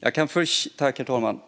Herr talman!